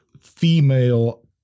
female